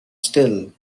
still